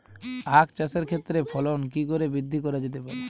আক চাষের ক্ষেত্রে ফলন কি করে বৃদ্ধি করা যেতে পারে?